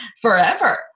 forever